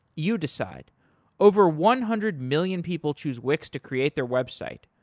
you decide over one hundred million people choose wix to create their website.